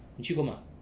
你去过吗